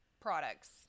products